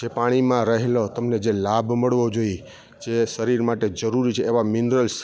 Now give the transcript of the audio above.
જે પાણીમાં રહેલો તમને જે લાભ મળવો જોઈ જે શરીર માટે જરૂરી છે એવા મિનરલ્સ